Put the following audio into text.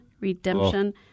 redemption